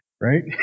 Right